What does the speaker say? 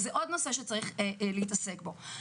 זה עוד נושא שצריך להתעסק בו.